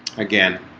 again